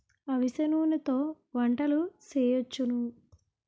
అవిసె నూనెతో వంటలు సేయొచ్చును